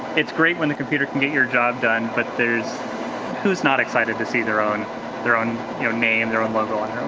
it's great when the computer can get your job done but who's not excited to see their own their own name, their own logo on